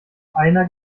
einer